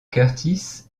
kurtis